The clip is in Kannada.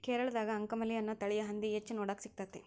ಕೇರಳದಾಗ ಅಂಕಮಲಿ ಅನ್ನೋ ತಳಿಯ ಹಂದಿ ಹೆಚ್ಚ ನೋಡಾಕ ಸಿಗ್ತೇತಿ